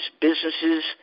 businesses